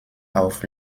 auf